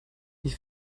ich